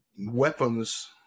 weapons